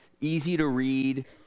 easy-to-read